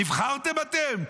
נבחרתם אתם,